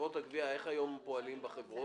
חברות הגבייה איך היום פועלים בחברות?